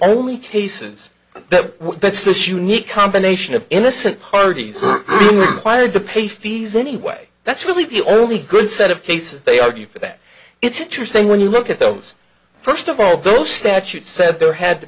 only cases that that's this unique combination of innocent parties are required to pay fees anyway that's really the only good set of cases they argue for that it's interesting when you look at those first of all those statutes said there had to